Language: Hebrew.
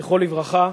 זכרו לברכה,